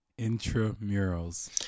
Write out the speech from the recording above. intramurals